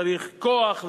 צריך כוח,